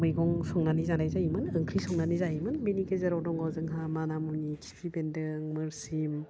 मैगं संनानै जानाय जायोमोन ओंख्रि संनानै जायोमोन बेनि गेजेराव दङ जोंहा माना मुनि खिफि बेन्दों मोरसिम